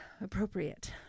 appropriate